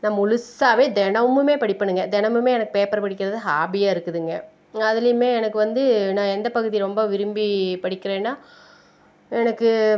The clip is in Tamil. நான் முழுசாவே தினமுமே படிப்பணுங்க தினமுமே எனக்கு பேப்பர் படிக்கிறது ஹாபியாக இருக்குதுங்க நான் அதுலேயுமே எனக்கு வந்து நான் எந்த பகுதி ரொம்ப விரும்பி படிக்கிறேன்னா எனக்கு